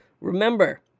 Remember